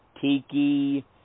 tiki